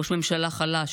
ראש ממשלה חלש,